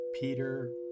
Peter